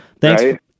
thanks